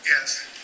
yes